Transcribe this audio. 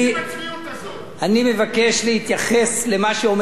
אני מבקש להתייחס למה שאומר חבר הכנסת רוני בר-און,